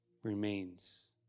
remains